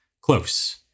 close